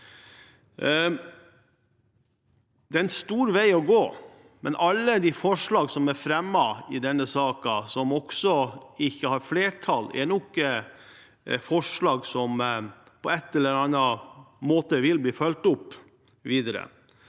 Det er en stor vei å gå, men alle de forslagene som er fremmet i denne saken som ikke har flertall, er nok forslag som på en eller annen måte vil bli fulgt opp videre.